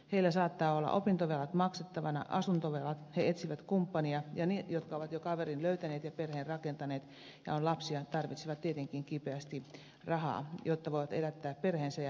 heillä saattaa olla opintovelat maksettavina asuntovelat he etsivät kumppania ja ne jotka ovat jo kaverin löytäneet ja perheen rakentaneet ja joilla on lapsia tarvitsevat tietenkin kipeästi rahaa jotta voivat elättää perheensä ja itsensä